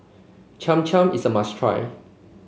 Cham Cham is a must try